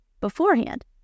beforehand